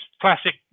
classic